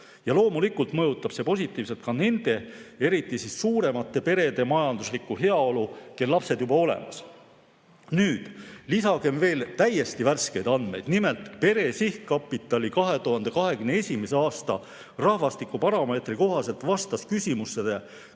Ja loomulikult mõjutab see positiivselt ka nende, eriti suuremate perede majanduslikku heaolu, kel lapsed juba olemas. Lisagem veel täiesti värsked andmed, nimelt Pere Sihtkapitali 2021. aasta rahvastikubaromeetri kohaselt vastas küsimusele,